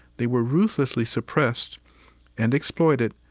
they were ruthlessly suppressed and exploited,